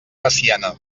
veciana